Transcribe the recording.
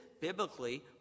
biblically